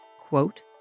quote